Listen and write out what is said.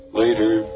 later